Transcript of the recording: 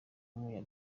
umu